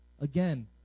Again